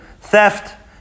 theft